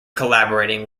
collaborating